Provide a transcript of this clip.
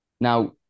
Now